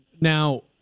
now